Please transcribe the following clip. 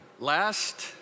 Last